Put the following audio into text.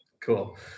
Cool